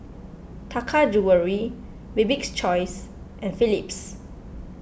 Taka Jewelry Bibik's Choice and Philips